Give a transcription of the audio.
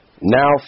Now